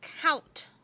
count